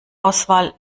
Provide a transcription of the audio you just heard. auswahl